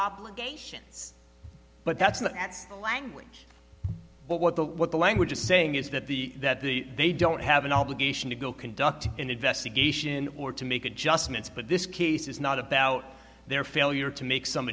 claim but that's not the language but what the what the language is saying is that the that the they don't have an obligation to go conduct an investigation or to make adjustments but this case is not about their failure to make some